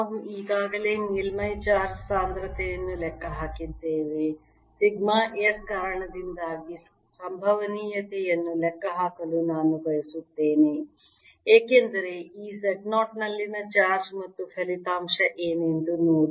ನಾವು ಈಗಾಗಲೇ ಮೇಲ್ಮೈ ಚಾರ್ಜ್ ಸಾಂದ್ರತೆಯನ್ನು ಲೆಕ್ಕ ಹಾಕಿದ್ದೇವೆ ಸಿಗ್ಮಾ s ಕಾರಣದಿಂದಾಗಿ ಸಂಭವನೀಯತೆಯನ್ನು ಲೆಕ್ಕಹಾಕಲು ನಾನು ಬಯಸುತ್ತೇನೆ ಏಕೆಂದರೆ ಈ Z 0 ನಲ್ಲಿನ ಚಾರ್ಜ್ ಮತ್ತು ಫಲಿತಾಂಶ ಏನೆಂದು ನೋಡಿ